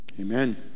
Amen